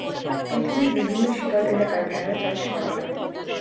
পৃথিবীর বিভিন্ন শীতল এলাকায় ভেড়া চাষ করা হয়